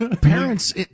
Parents